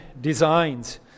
designs